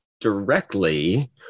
directly